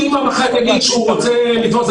אם המח"ט יגיד שהוא רוצה לתפוס,